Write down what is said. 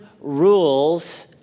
rules